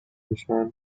میشن